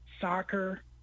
Soccer